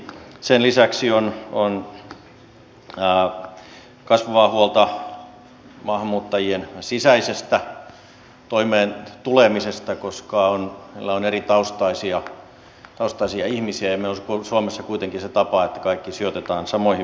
sen lisäksi on kasvavaa huolta maahanmuuttajien sisäisestä toimeen tulemisesta koska heillä on eritaustaisia ihmisiä ja meillä on suomessa kuitenkin se tapa että kaikki sijoitetaan samoihin vastaanottokeskuksiin